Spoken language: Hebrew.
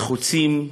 לחוצים,